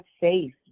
safe